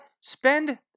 spend